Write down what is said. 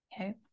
Okay